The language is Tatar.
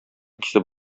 кисеп